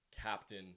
captain